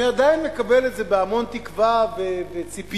אני עדיין מקבל את זה בהמון תקווה וציפייה.